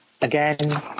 again